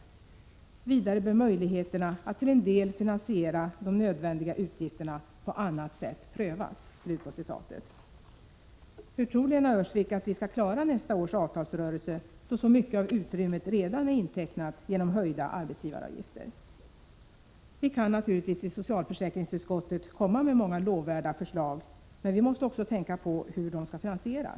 Vidare bör möjligheterna att till en del finansiera de nödvändiga utgifterna på annat sätt prövas.” Hur tror Lena Öhrsvik att vi skall klara nästa års avtalsrörelse, då så mycket av utrymmet redan är intecknat genom höjda arbetsgivaravgifter? Vi kan naturligtvis i socialförsäkringsutskottet komma med många lovvärda förslag, men vi måste också tänka på hur de skall finansieras och på hur = Prot.